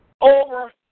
over